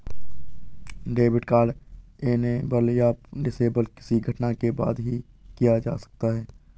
debit card enable या disable किसी घटना के बाद ही किया जा सकता है